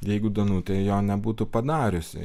jeigu danutė jo nebūtų padariusi